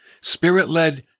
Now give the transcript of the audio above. Spirit-led